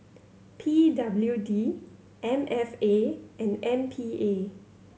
P W D M F A and M P A